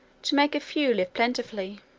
to make a few live plentifully.